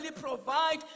provide